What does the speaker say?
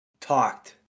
talked